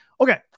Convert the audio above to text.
Okay